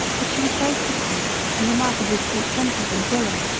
but she was very pretty and remarkably sweet-tempered and willing.